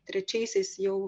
trečiaisiais jau